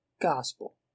gospel